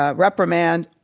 ah reprimand,